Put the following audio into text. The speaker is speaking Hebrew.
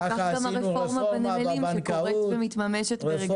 וכך גם הרפורמה בנמלים שקורית ומתממשת ברגעים אלו.